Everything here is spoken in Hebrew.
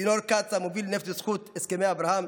צינור קצא"א מוביל נפט בזכות הסכמי אברהם,